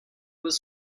was